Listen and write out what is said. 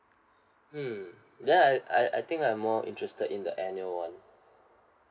hmm then I I I think I'm more interested in the annual one